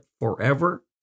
forever